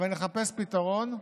אבל נחפש פתרון.